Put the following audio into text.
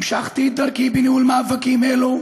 המשכתי את דרכי בניהול מאבקים אלו